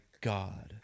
God